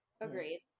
Agreed